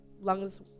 lungs